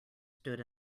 stood